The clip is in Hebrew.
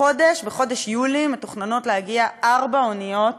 החודש, חודש יולי, מתוכננות להגיע ארבע אוניות